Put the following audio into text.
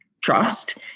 trust